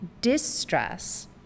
distress